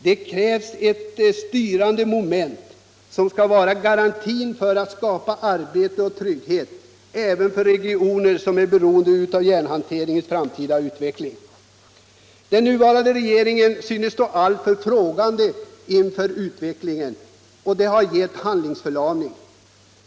Det krävs ett styrande moment som kan vara en garanti för att arbete och trygghet skapas även för de regioner som är beroende av järnhanteringens framtida utveckling. Den nuvarande regeringen synes stå alltför frågande inför utvecklingen. Det har medfört handlingsförlamning.